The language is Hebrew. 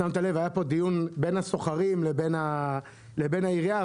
היה פה דיון בין הסוחרים לבין העירייה,